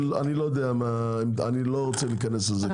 אני לא רוצה להיכנס לזה.